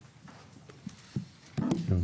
טוב.